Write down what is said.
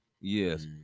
yes